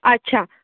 अच्छा